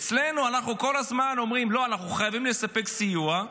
אצלנו אנחנו כל הזמן אומרים: אנחנו חייבים לספק סיוע.